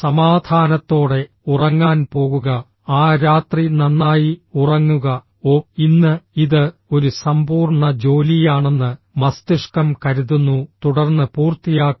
സമാധാനത്തോടെ ഉറങ്ങാൻ പോകുക ആ രാത്രി നന്നായി ഉറങ്ങുക ഓ ഇന്ന് ഇത് ഒരു സമ്പൂർണ്ണ ജോലിയാണെന്ന് മസ്തിഷ്കം കരുതുന്നു തുടർന്ന് പൂർത്തിയാക്കി